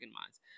minds